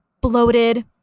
bloated